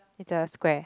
it's a square